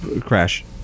crash